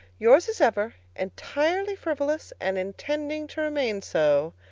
yours as ever, entirely frivolous, and intending to remain so,